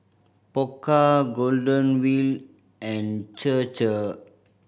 Pokka Golden Wheel and Chir Chir